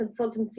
consultancy